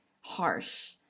harsh